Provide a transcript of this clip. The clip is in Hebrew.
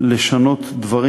לשנות דברים.